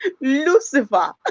Lucifer